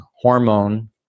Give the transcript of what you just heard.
hormone